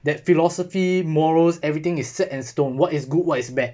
that philosophy morals everything is set and stone what is good what is bad